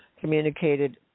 communicated